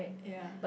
ya